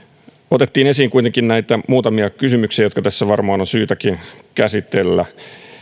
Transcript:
hanke esiin otettiin kuitenkin näitä muutamia kysymyksiä jotka tässä varmaan on syytäkin käsitellä